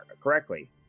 correctly